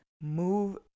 move